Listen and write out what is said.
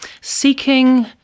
seeking